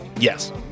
Yes